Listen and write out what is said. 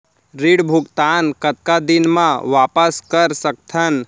ऋण भुगतान कतका दिन म वापस कर सकथन?